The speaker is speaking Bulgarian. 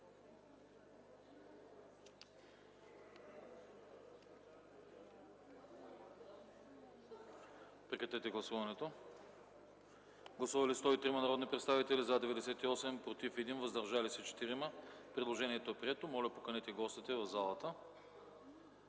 предложение. Гласували 103 народни представители: за 98, против 1, въздържали се 4. Предложението е прието. Моля, поканете гостите в залата.